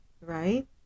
Right